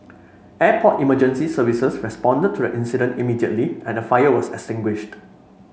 Airport Emergency Service responded to the incident immediately and the fire was extinguished